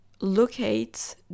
locate